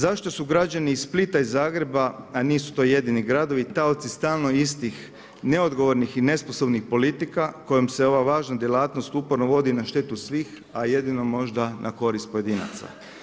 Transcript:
Zašto su građani iz Splita i Zagreba, a nisu to jedini gradovi, taoci stalno istih neodgovornih i nesposobnih politika kojom se ova važna djelatnost uporno vodi na štetu svih, a jedino možda na korist pojedinaca?